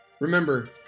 Remember